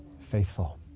Faithful